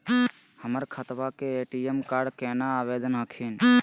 हमर खतवा के ए.टी.एम कार्ड केना आवेदन हखिन?